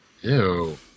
Ew